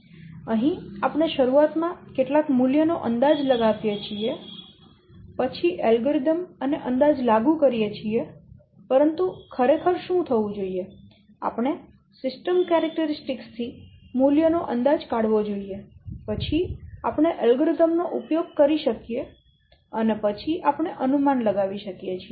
અહીં આપણે શરૂઆત માં કેટલાક મૂલ્ય નો અંદાજ લગાવીએ છીએ પછી અલ્ગોરિધમ અને અંદાજ લાગુ કરીએ છીએ પરંતુ ખરેખર શું થવું જોઈએ આપણે સિસ્ટમ લાક્ષણિકતાઓ થી મૂલ્યો નો અંદાજ કાઢવો જોઈએ પછી આપણે એલ્ગોરિધમ નો ઉપયોગ કરી શકીએ અને પછી આપણે અનુમાન લગાવી શકીએ છીએ